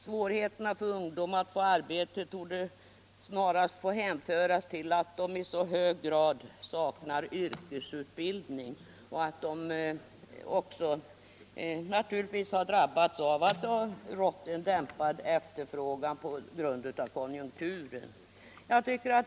Svårigheterna för ungdom att få arbete torde snarast få hänföras till att de dels i hög grad saknar yrkesutbildning och dels har drabbats av att det rått en dämpad efterfrågan på grund av konjunkturen.